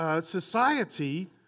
society